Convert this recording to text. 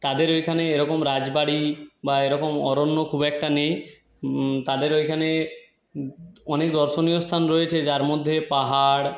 তাদের ওইখানে এরকম রাজবাড়ি বা এরকম অরণ্য খুব একটা নেই তাদের ওইখানে অনেক দর্শনীয় স্থান রয়েছে যার মধ্যে পাহাড়